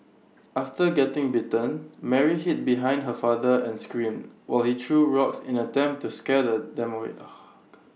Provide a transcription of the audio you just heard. after getting bitten Mary hid behind her father and screamed while he threw rocks in an attempt to scare the them away